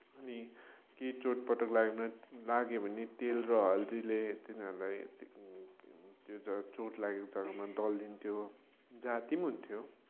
अनि केही चोटपटक लाग्यो भने लाग्यो भने तेल र हल्दीले तिनीहरूलाई त्यो चोट लागेको जग्गामा दलिदिन्थ्यौँ जाती पनि हुन्थ्यो